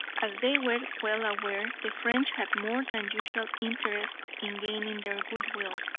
as they were well aware, the french had more than usual interest in gaining their goodwill,